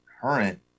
current